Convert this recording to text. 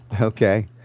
okay